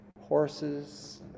horses